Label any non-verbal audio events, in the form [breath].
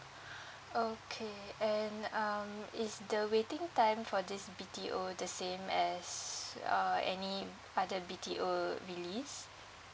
[breath] okay and um is the waiting time for this B_T_O the same as uh any other B_T_O release